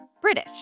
British